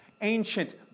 Ancient